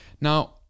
Now